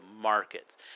markets